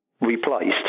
replaced